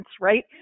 right